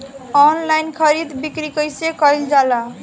Online खरीद बिक्री कइसे कइल जाला?